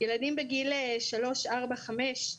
ילדים בגיל 3, 4, 5,